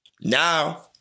Now